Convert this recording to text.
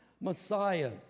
Messiah